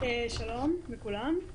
שלום לכולם.